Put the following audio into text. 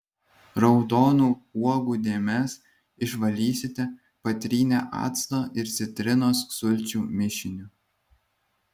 raudonų uogų dėmes išvalysite patrynę acto ir citrinos sulčių mišiniu